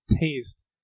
taste